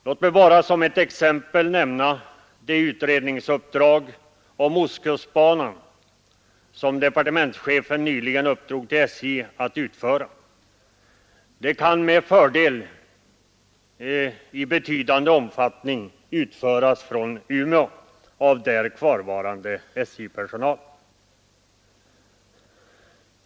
Låt mig bara som ett exempel nämna det utredningsuppdrag om ostkustbanan som departementschefen nyligen lämnat till SJ. Det kan med fördel i betydande omfattning utföras från Umeå av där kvarvarande SJ-personal.